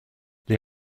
les